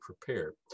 prepared